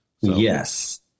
Yes